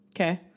okay